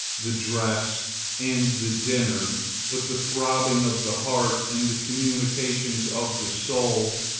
the dress and the dinner but the throbbing of the heart and the communications of the soul,